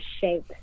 shape